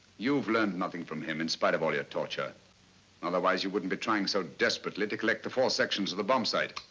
you've learned nothing from him in spite of all your torture otherwise you wouldn't be trying so desperately to collect the four sections of the bomb sight.